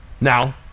Now